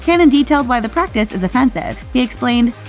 cannon detailed why the practice is offensive. he explained,